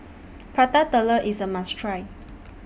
Prata Telur IS A must Try